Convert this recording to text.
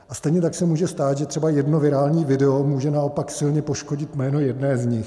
A stejně tak se může stát, že třeba jedno virální video může naopak silně poškodit jméno jedné z nich.